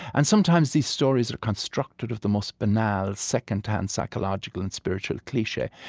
and sometimes these stories are constructed of the most banal, secondhand psychological and spiritual cliche,